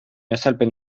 azalpen